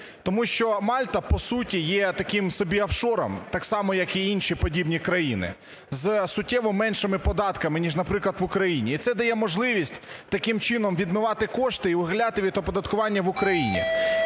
Тому що Мальта, по суті, є таким собі офшором, так само як і інші подібні країни, з суттєво меншими податками, ніж, наприклад, в Україні. І це дає можливість таким чином відмивати кошти і ухилятись від оподаткування в Україні.